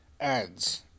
ads